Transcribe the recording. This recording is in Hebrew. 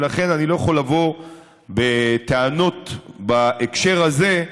ולכן אני לא יכול לבוא בטענות בהקשר הזה,